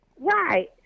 Right